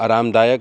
आरामदायक